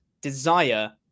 desire